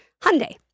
Hyundai